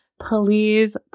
Please